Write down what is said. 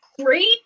great